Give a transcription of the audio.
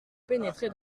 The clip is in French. pénétrer